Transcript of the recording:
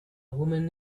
woman